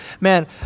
man